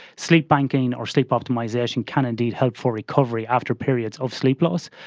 sleep banking or sleep optimisation can indeed help for recovery after periods of sleep loss.